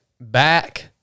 back